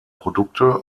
produkte